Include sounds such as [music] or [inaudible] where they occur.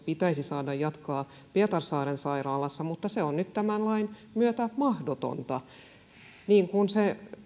[unintelligible] pitäisi saada jatkaa pietarsaaren sairaalassa mutta se on nyt mahdotonta tämän lain myötä niin kuin se